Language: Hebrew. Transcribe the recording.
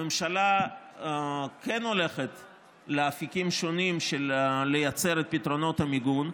הממשלה כן הולכת לאפיקים שונים של לייצר את פתרונות המיגון,